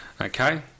Okay